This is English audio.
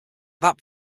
that